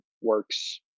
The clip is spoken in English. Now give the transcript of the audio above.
works